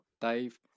Dave